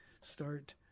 start